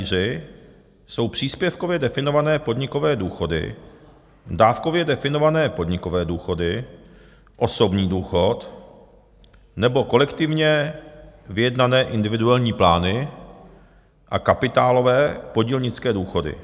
V druhém pilíři jsou příspěvkově definované podnikové důchody, dávkově definované podnikové důchody, osobní důchod nebo kolektivně vyjednané individuální plány a kapitálové podílnické důchody.